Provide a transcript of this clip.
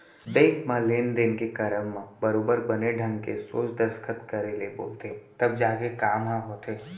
bank म लेन देन के करब म बरोबर बने ढंग के सोझ दस्खत करे ले बोलथे तब जाके काम ह होथे